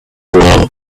law